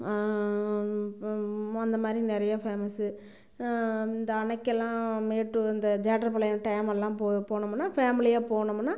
அந்த மாதிரி நிறைய ஃபேமஸ்ஸு இந்த அணைக்கெல்லாம் மேட்டூ அந்த ஜேட்டர்பாளையம் டேமெல்லாம் போ போனமுன்னால் ஃபேமிலியாக போனமுன்னால்